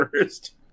first